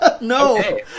No